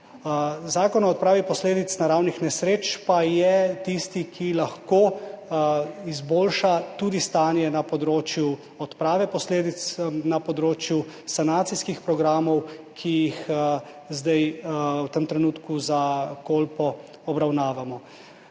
Zakon o odpravi posledic naravnih nesreč pa je tisti, ki lahko izboljša tudi stanje na področju odprave posledic, na področju sanacijskih programov, ki jih zdaj v tem trenutku obravnavamo